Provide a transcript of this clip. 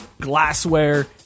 glassware